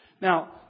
Now